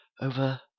over